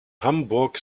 hamburg